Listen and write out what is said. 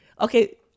Okay